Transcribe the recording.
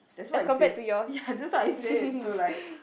that's what he said ya that's what he said so like